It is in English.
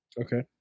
Okay